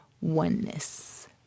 oneness